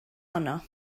honno